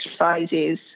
exercises